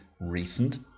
recent